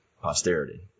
posterity